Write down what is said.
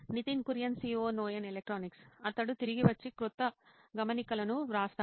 Nitin Kurian COO నోయిన్ electronics అతడు తిరిగి వచ్చి క్రొత్త గమనికలను వ్రాస్తాడు